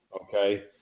Okay